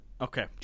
Okay